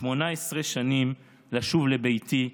18 שנים לשוב לביתי,